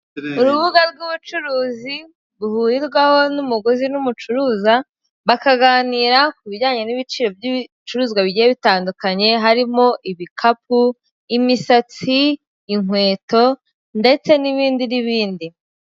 Urubuga rw'ubucuruzi ruhurirwaho n'umuguzi n'umucuruza bakaganira ku bijyanye n'ibiciro by'ibicuruzwa bigiye bitandukanye harimo: ibikapu, imisatsi, inkweto ndetse n'ibindi n'ibindi.